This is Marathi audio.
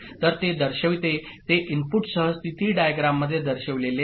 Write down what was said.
तर ते दर्शविते ते इनपुटसह स्थिती डायग्राम मध्ये दर्शविलेले आहे